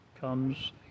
comes